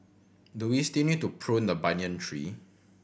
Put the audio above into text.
do we still need to prune the banyan tree